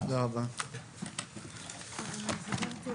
הישיבה ננעלה